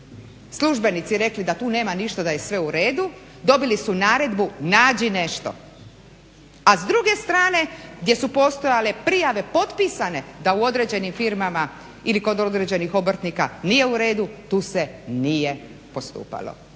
službenici da tu nema ništa, da je sve u redu dobili su naredbu: "nađi nešto", a s druge strane gdje su postojale prijave, potpisane da u određenim firmama ili kod određenih obrtnika nije u redu, tu se nije postupalo.